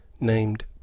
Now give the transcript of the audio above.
named